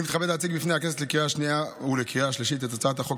אני מתכבד להציג בפני הכנסת לקריאה השנייה ולקריאה השלישית את הצעת חוק